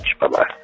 bye-bye